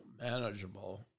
manageable